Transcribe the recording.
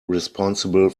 responsible